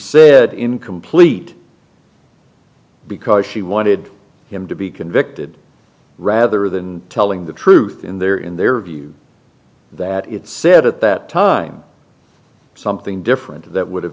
said incomplete because she wanted him to be convicted rather than telling the truth in their in their view that it said at that time something different that would have